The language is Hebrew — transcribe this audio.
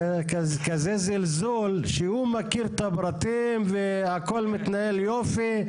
כזה זלזול, שהוא מכיר את הפרטים והכל מתנהל יופי.